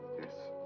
yes.